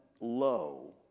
low